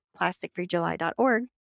plasticfreejuly.org